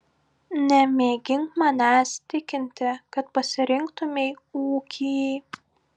nemėgink manęs tikinti kad pasirinktumei ūkį